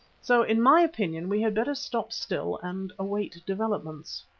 so, in my opinion, we had better stop still and await developments.